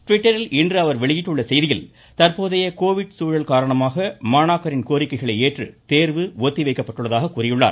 ட்விட்டரில் இன்று அவர் வெளியிட்டுள்ள செய்தியில் தற்போதைய கோவிட் சூழல் காரணமாக மாணாக்கரின் கோரிக்கைகளை ஏற்று தேர்வு ஒத்தி வைக்கப்பட்டுள்ளதாக கூறியுள்ளார்